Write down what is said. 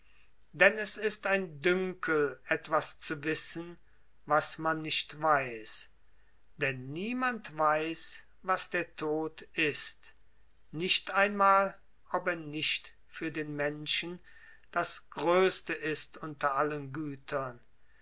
denn es ist ein dünkel etwas zu wissen was man nicht weiß denn niemand weiß was der tod ist nicht einmal ob er nicht für den menschen das größte ist unter allen gütern